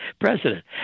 President